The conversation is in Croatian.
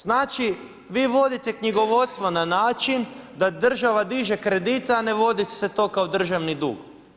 Znači vi vodite knjigovodstvo na način da država diže kredite, a ne vodi se to kao državni dug.